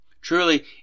Truly